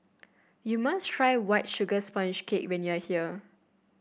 you must try White Sugar Sponge Cake when you are here